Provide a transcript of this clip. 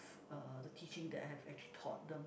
uh the teaching that I have actually taught them